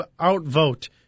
outvote